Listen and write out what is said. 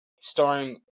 Starring